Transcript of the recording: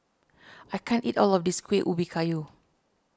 I can't eat all of this Kueh Ubi Kayu